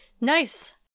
Nice